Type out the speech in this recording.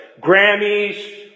Grammys